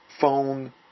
phone